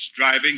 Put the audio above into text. driving